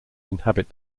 inhabit